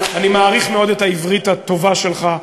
אני מעריך מאוד את העברית הטובה שלך,